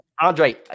Andre